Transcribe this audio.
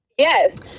Yes